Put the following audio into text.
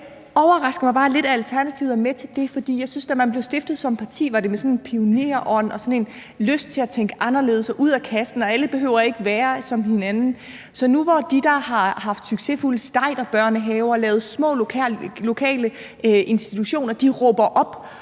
jeg synes, at da Alternativet blev stiftet som parti, var det med sådan en pionerånd og sådan en lyst til at tænke anderledes og ud af boksen, og alle behøver ikke at være som hinanden. Så nu, hvor de, der har haft succesfulde Rudolf Steiner-børnehaver og lavet små lokale institutioner, råber op